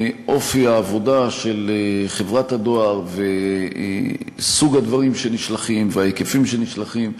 אופי העבודה של חברת הדואר וסוג הדברים שנשלחים וההיקפים שנשלחים,